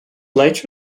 later